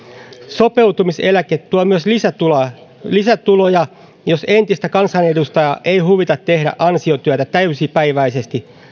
sopeutumiseläke tuo myös lisätuloja jos entistä kansanedustajaa ei huvita tehdä ansiotyötä täysipäiväisesti